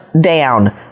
down